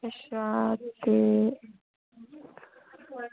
अच्छा ते